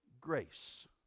Grace